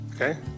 Okay